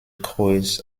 kreuz